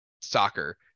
soccer